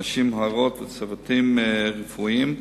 נשים הרות וצוותים רפואיים.